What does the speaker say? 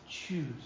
Choose